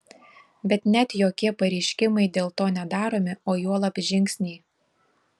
bet net jokie pareiškimai dėl to nedaromi o juolab žingsniai